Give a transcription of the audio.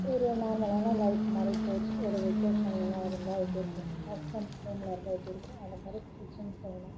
ஒரு நார்மலான லைஃப் மாதிரி போச்சு ஒரு வெக்கேஷனில் இருந்தால் எப்படி இருக்கும் ஒர்க் ஃபிரம் ஹோமில் இருந்தால் எப்படி இருக்கும் அதை மாதிரி போச்சுன்னு சொல்லலாம்